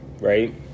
right